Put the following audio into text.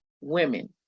women